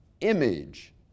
image